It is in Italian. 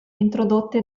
introdotte